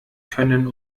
können